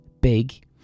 Big